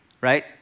right